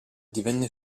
divenne